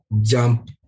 jump